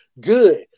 good